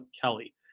Kelly